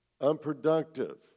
unproductive